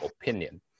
opinion